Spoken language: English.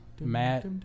Matt